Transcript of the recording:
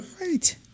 Right